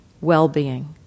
well-being